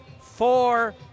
four